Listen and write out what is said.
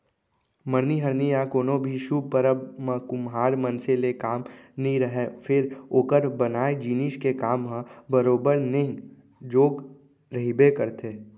मरनी हरनी या कोनो भी सुभ परब म कुम्हार मनसे ले काम नइ रहय फेर ओकर बनाए जिनिस के काम ह बरोबर नेंग जोग रहिबे करथे